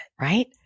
Right